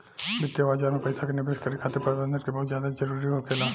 वित्तीय बाजार में पइसा के निवेश करे खातिर प्रबंधन के बहुत ज्यादा जरूरी होखेला